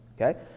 Okay